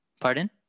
Pardon